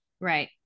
Right